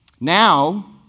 now